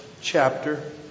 chapter